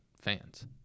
fans